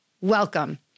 Welcome